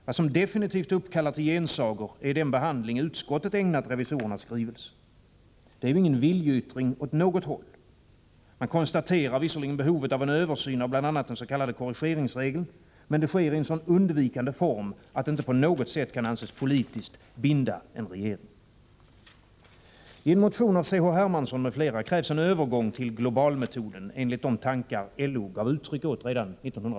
Vad som definitivt uppkallar till gensagor är den behandling utskottet ägnat revisorernas skrivelse. Det är ju ingen viljeyttring åt något håll. Man konstaterar visserligen behovet av en översyn av bl.a. den s.k. korrigeringsregeln, men det sker i en så undvikande form, att det inte på något sätt kan anses politiskt binda en regering.